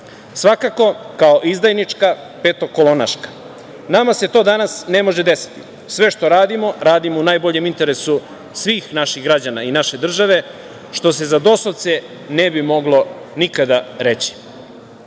Svakako kao izdajnička, petokolonaška. Nama se to danas ne može desiti. Sve što radimo radimo u najboljem interesu svih naših građana i naše države, što se za dosovce ne bi moglo nikada reći. Sa